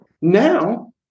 Now